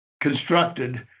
Constructed